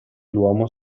l’uomo